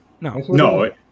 No